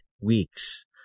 weeks